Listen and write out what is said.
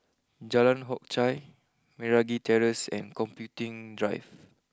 Jalan Hock Chye Meragi Terrace and Computing Drive